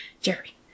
Jerry